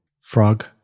frog